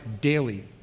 daily